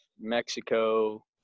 mexico